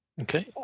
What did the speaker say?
Okay